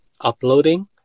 uploading